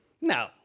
No